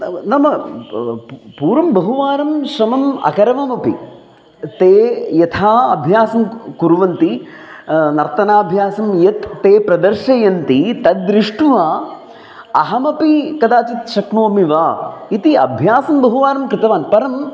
नाम पु पूर्वं बहुवारं श्रमम् अकरवमपि ते यथा अभ्यासं कुर्वन्ति नर्तनाभ्यासं यत् ते प्रदर्शयन्ति तद्दृष्ट्वा अहमपि कदाचित् शक्नोमि वा इति अभ्यासं बहुवारं कृतवान् परम्